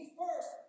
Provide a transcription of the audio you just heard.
first